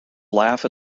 laugh